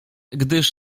gdyż